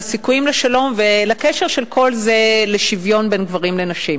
לסיכויים לשלום ולקשר של כל זה לשוויון בין גברים לנשים.